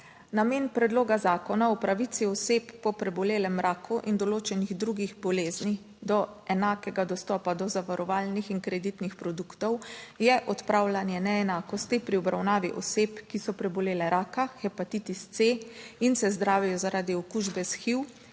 Namen Predloga zakona o pravici oseb po prebolelem raku in določenih drugih bolezni do enakega dostopa do zavarovalnih in kreditnih produktov je odpravljanje neenakosti pri obravnavi oseb, ki so prebolele raka, hepatitis C in se zdravijo, zaradi okužbe s HIV